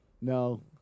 No